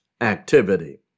activity